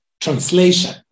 translation